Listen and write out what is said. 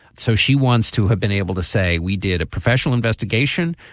so she wants to have been able to say we did a professional investigation.